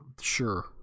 Sure